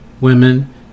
women